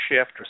shift